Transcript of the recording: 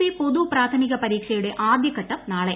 C പൊതു പ്രാഥമിക പരീക്ഷയുടെ ആദൃഘട്ടം നാളെ